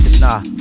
nah